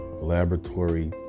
laboratory